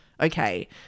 okay